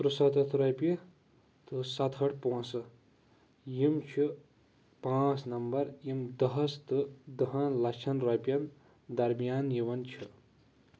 ترٛسَتَتھ رۄپیہِ تہٕ سَتہٲٹھ پۄنٛسہٕ یِم چھِ پانٛژھ نمبر یِم دہَس تہٕ دہَن لَچھَن رۄپیَن دَرمیان یِوان چھِ